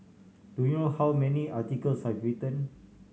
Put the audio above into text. do you know how many articles I've written